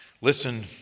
Listen